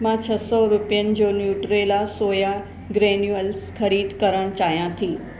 मां छह सौ रुपियनि जो न्यूट्रेला सोया ग्रेनुअल्स ख़रीद करणु चाहियां थी